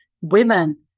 women